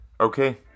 Okay